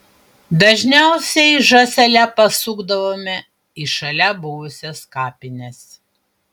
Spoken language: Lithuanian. dažniausiai žąsele pasukdavome į šalia buvusias kapines